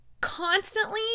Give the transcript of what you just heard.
constantly